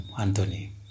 Anthony